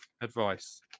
advice